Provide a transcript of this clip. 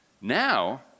Now